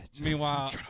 meanwhile